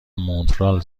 مونترال